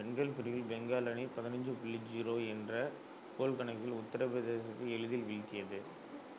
பெண்கள் பிரிவில் பெங்கால் அணி பதினைஞ்சு புள்ளி ஜீரோ என்ற கோல் கணக்கில் உத்தரபிரதேசத்தை எளிதில் வீழ்த்தியது